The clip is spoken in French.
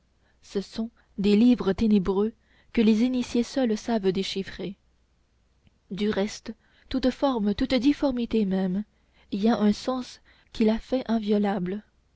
ce sont des livres ténébreux que les initiés seuls savent déchiffrer du reste toute forme toute difformité même y a un sens qui la fait inviolable